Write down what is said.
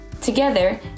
Together